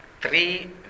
three